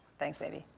thanks baby,